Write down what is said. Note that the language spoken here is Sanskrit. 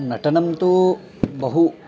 नटनं तु बहु